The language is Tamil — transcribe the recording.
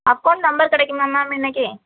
அக்கௌண்ட் நம்பர் கிடைக்குமா மேம் இன்னைக்கு